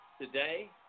today